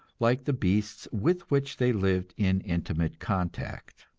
like the beasts with which they lived in intimate contact.